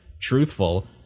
truthful